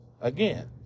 Again